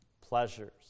pleasures